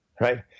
right